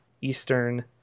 Eastern